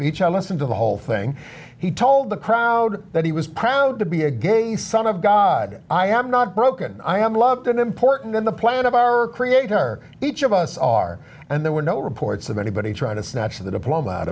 and listen to the whole thing he told the crowd that he was proud to be a gay son of god i am not broken i am loved and important in the planet of our creator each of us are and there were no reports of anybody trying to snatch the diploma